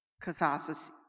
catharsis